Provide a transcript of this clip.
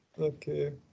Okay